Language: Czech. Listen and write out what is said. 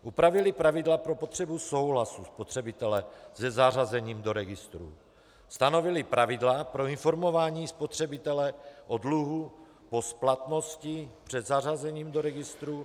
Upravili pravidla pro potřebu souhlasu spotřebitele se zařazením do registru, stanovili pravidla pro informování spotřebitele o dluhu po splatnosti před zařazením do registru.